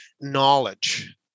knowledge